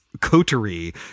coterie